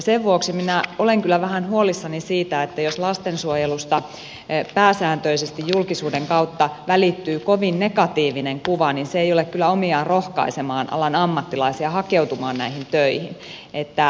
sen vuoksi minä olen kyllä vähän huolissani siitä että jos lastensuojelusta pääsääntöisesti julkisuuden kautta välittyy kovin negatiivinen kuva niin se ei ole kyllä omiaan rohkaisemaan alan ammattilaisia hakeutumaan näihin töihin